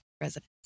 residents